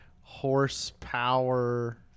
horsepower